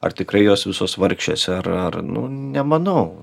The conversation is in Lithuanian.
ar tikrai jos visos vargšės ar ar nu nemanau